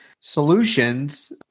solutions